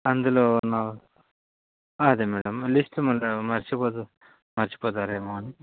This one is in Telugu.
అందులో నా అదే మేడం లిస్టు మళ్ళీ మర్చిపోతా మర్చిపోతారేమో అని